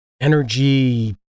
energy